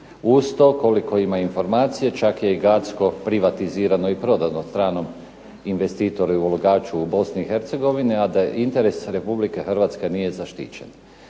Uz to koliko ima informacija čak je i Gacko privatizirano i prodano stranom investitoru i ulagaču u Bosni i Hercegovini, a da interes Republike Hrvatske nije zaštićen.